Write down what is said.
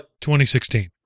2016